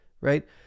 right